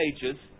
pages